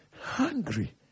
hungry